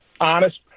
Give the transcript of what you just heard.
honest